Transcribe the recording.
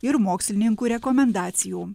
ir mokslininkų rekomendacijų